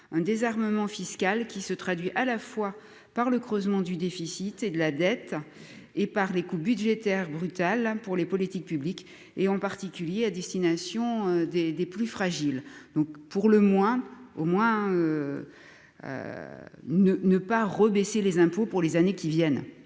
un désarmement fiscal qui se traduit à la fois par le creusement du déficit et de la dette et par les coûts budgétaires brutales pour les politiques publiques et en particulier à destination des des plus fragiles, donc pour le moins, au moins, ne ne pas rebaisser les impôts pour les années qui viennent.